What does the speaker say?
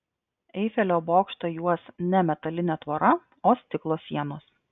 eifelio bokštą juos ne metalinė tvora o stiklo sienos